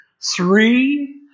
three